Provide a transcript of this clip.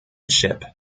ship